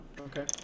Okay